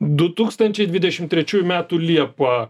du tūkstančiai dvidešimt trečiūjų metų liepą